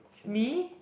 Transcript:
me